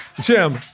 Jim